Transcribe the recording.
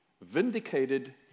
vindicated